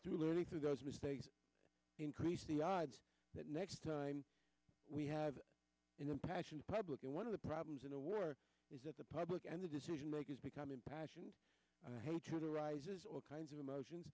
do learning through those mistakes increase the odds that next time we have in a passion public and one of the problems in a war is that the public and the decision makers become impassioned to the right kinds of emotions